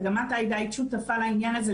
וגם את עאידה היית שותפה לעניין הזה,